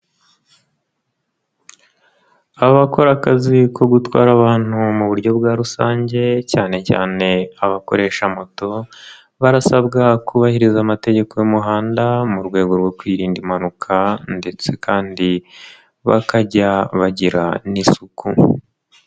Abakora akazi ko gutwara abantu mu buryo bwa rusange cyane cyane abakoresha moto, barasabwa kubahiriza amategeko y'umuhanda mu rwego rwo kwirinda impanuka ndetse kandi bakajya bagira n'isuku.